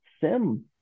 SIM